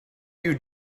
you